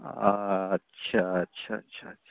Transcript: अच्छा अच्छा अच्छा अच्छा